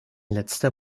letzter